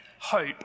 hope